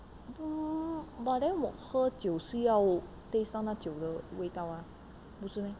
but then 我喝酒是要 taste 到那酒的味道 mah 不是 meh